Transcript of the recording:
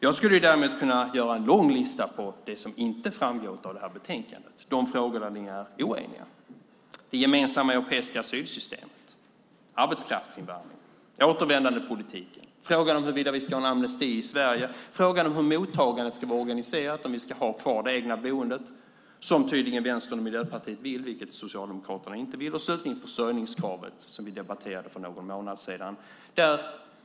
Jag skulle däremot kunna göra en lång lista över det som inte framgått av det här betänkandet, de frågor där ni är oeniga. Det gäller det gemensamma europeiska asylsystemet, arbetskraftsinvandring, återvändandepolitiken, frågan om huruvida vi ska ha en amnesti i Sverige, frågan om hur mottagandet ska vara organiserat och om vi ska ha kvar det egna boendet, vilket tydligen Vänstern och Miljöpartiet vill men inte Socialdemokraterna, och slutligen försörjningskravet som vi debatterade för någon månad sedan.